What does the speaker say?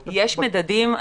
יש מדדים.